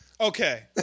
Okay